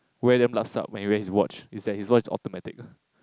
wear damn lup-sup when he wear his watch is that his watch is automatic